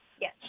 Yes